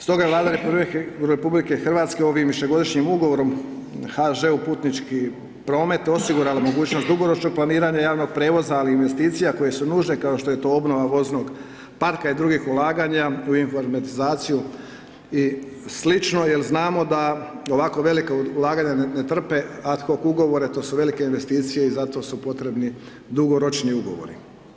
Stoga Vlada RH ovim višegodišnjim Ugovorom HŽ Putnički promet osigurala mogućnost dugoročnog planiranja javnog prijevoza, ali i investicija koje su nužne, kao što je to obnova voznog parka i drugih ulaganja u informatizaciju i slično jel znamo da ovako velika ulaganja ne trpe ad hoc Ugovore, to su velike investicije i zato su potrebni dugoročni Ugovori.